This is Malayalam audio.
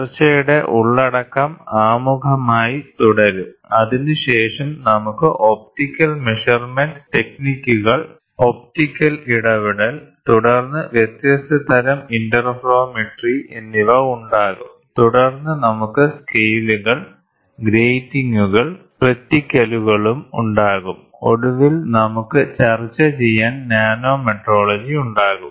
ചർച്ചയുടെ ഉള്ളടക്കം ആമുഖമായി തുടരും അതിനുശേഷം നമുക്ക് ഒപ്റ്റിക്കൽ മെഷർമെന്റ് ടെക്നിക്കുകൾ ഒപ്റ്റിക്കൽ ഇടപെടൽ തുടർന്ന് വ്യത്യസ്ത തരം ഇന്റർഫെറോമെട്രി എന്നിവ ഉണ്ടാകും തുടർന്ന് നമുക്ക് സ്കെയിലുകൾ ഗ്രേറ്റിംഗുകൾ റെറ്റിക്കലുകളും ഉണ്ടാകും ഒടുവിൽ നമുക്ക് ചർച്ച ചെയ്യാൻ നാനോമെട്രോളജി ഉണ്ടാകും